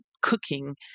cooking